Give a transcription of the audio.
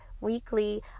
weekly